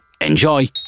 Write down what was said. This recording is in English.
enjoy